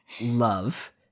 love